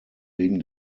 wegen